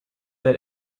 that